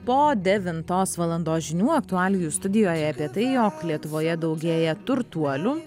po devintos valandos žinių aktualijų studijoje apie tai jog lietuvoje daugėja turtuolių